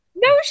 No